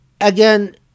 again